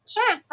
Sure